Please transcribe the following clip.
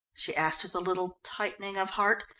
she asked with a little tightening of heart.